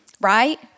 Right